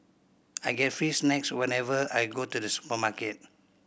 I get free snacks whenever I go to the supermarket